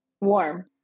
Warm